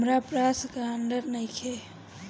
हमरा पास ग्रांटर नइखे?